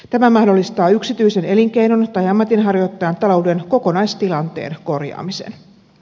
tämä mahdollistaa yksityisen elinkeinon tai ammatinharjoittajan talouden kokonaistilanteen korjaamisen